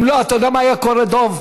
אם לא, אתה יודע מה היה קורה, דב?